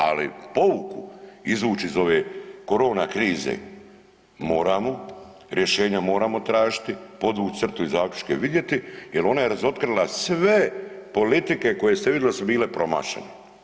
Ali pouku izvući iz ove korona krize moramo, rješenja moramo tražiti, podvući crtu i zaključke vidjeti jer ona je razotkrila sve politike koje ste vidjeli da su bile promašene.